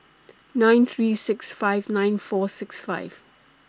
nine three six five nine four six five